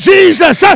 Jesus